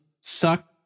suck